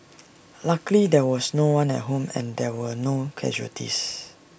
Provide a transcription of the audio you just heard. luckily there was no one at home and there were no casualties